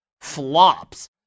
flops